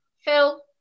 phil